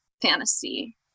fantasy